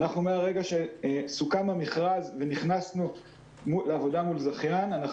מהרגע שסוכם המכרז ונכנסנו לעבודה מול זכיין אנחנו